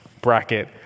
Bracket